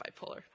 bipolar